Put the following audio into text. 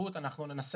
תרבות אנחנו ננסה